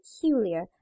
peculiar